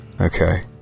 Okay